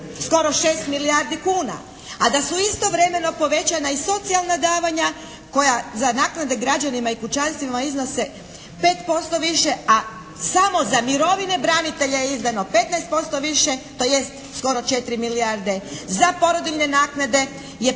skoro 6 milijardi kuna. A da su istovremeno povećana i socijalna davanja koja za naknade građanima i kućanstvima iznose 5% više a samo za mirovine branitelja je izdano 15% više, tj. skoro 4 milijarde. Za porodiljne naknade je